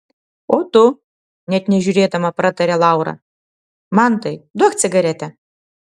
o tu net nežiūrėdama pratarė laura mantai duok cigaretę